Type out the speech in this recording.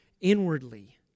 inwardly